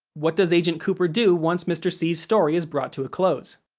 what does agent cooper do once mr. c's story is brought to a close?